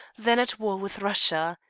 then at war with russia.